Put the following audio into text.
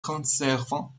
conservant